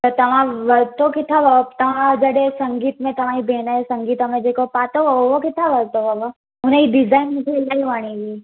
त तव्हां वरितो किथा हुयव तव्हां जॾहिं संगीत में तव्हां जी भेण जी संगीत में जेको पातो हुयव उहो किथा वरितो हुयव हुन जी डिज़ाइन मूंखे इलाही वणी हुई